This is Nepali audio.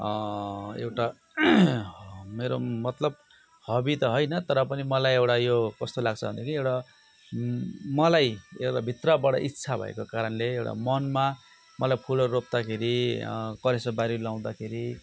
एउटा मेरो मतलब हबी त होइन तर पनि मलाई एउटा यो कस्तो लाग्छ भनेदेखि एउटा मलाई एउटा भित्रबाट इच्छा भएको कारणले एउटा मनमा मलाई फुलहरू रोप्दाखेरि करेसो बारी लाउँदाखेरि